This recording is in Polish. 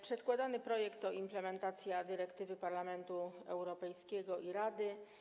Przedkładany projekt to implementacja dyrektywy Parlamentu Europejskiego i Rady.